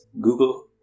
Google